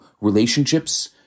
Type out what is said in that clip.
relationships